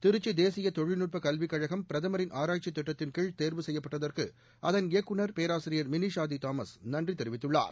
திருச்சி தேசிய தொழில்நுட்பக்கல்வி கழகம் பிரதமின் ஆராய்ச்சித் திட்டத்தின்கீழ் தோவு செய்யப்பட்டதற்கு அதன் இயக்குநர் பேராசிரியர் மினி ஷாதி தாமஸ் நன்றி தெரிவித்துள்ளார்